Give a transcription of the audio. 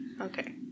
Okay